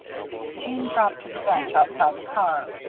jeanne dropped to the bench outside the car.